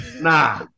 Nah